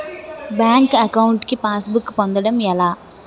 Bank account కి passbook పొందడం ఎలా?